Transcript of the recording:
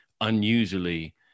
unusually